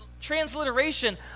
transliteration